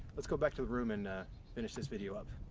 let's go back to the room and finish this video up.